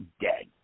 dead